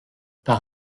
par